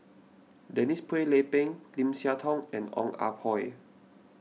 Denise Phua Lay Peng Lim Siah Tong and Ong Ah Hoi